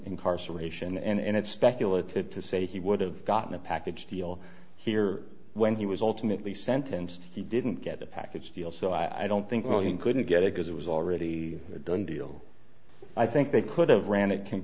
incarceration and it's speculative to say he would have gotten a package deal here when he was ultimately sent and he didn't get a package deal so i don't think well he couldn't get it because it was already a done deal i think they could have r